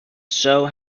show